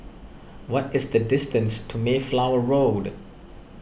what is the distance to Mayflower Road